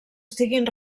estiguin